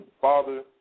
Father